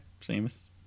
Seamus